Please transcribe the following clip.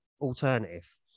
alternative